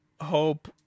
Hope